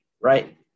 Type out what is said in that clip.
right